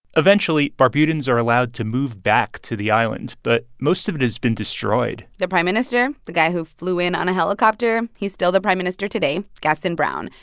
eventually, barbudans are allowed to move back to the island, but most of it has been destroyed the prime minister the guy who flew in on a helicopter he's still the prime minister today, gaston browne.